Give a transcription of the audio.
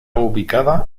ubicada